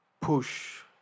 push